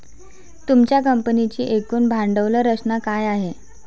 तुमच्या कंपनीची एकूण भांडवल रचना काय आहे?